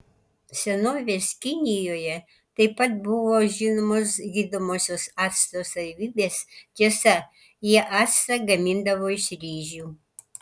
senovės kinijoje taip pat buvo žinomos gydomosios acto savybės tiesa jie actą gamindavo iš ryžių